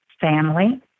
family